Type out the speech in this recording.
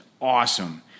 awesome